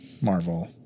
marvel